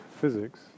physics